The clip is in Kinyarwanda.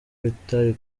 bitari